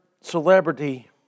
celebrity